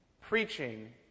preaching